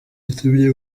gitumye